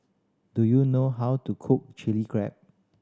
do you know how to cook Chili Crab